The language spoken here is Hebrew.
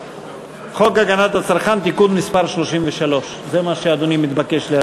חוק הגנת הצרכן (תיקון מס' 33) זה מה שאדוני מתבקש להציג.